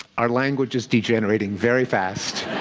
our language is degenerating very fast.